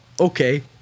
Okay